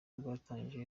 rwatangiye